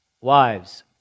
Wives